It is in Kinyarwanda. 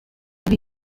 ibi